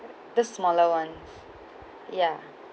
this smaller one ya